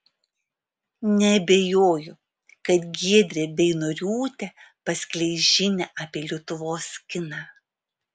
neabejoju kad giedrė beinoriūtė paskleis žinią apie lietuvos kiną